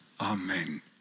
Amen